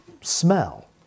smell